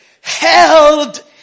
Held